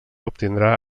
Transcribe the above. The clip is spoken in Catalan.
obtindrà